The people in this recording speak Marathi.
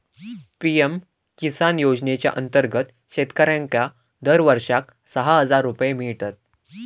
पी.एम किसान योजनेच्या अंतर्गत शेतकऱ्यांका दरवर्षाक सहा हजार रुपये मिळतत